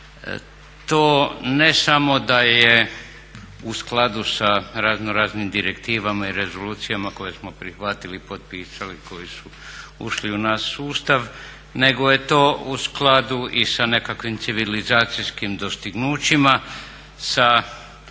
To ne samo da je u skladu sa razno raznim direktivama i rezolucijama koje smo prihvatili, potpisali, koji su ušli u naš sustav, nego je to u skladu i sa nekakvim civilizacijskim dostignućima, sa